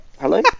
Hello